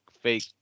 fake